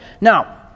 Now